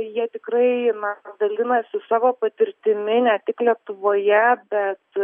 jie tikrai na dalinasi savo patirtimi ne tik lietuvoje bet